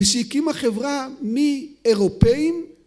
ושהקימה חברה מאירופאים